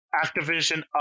Activision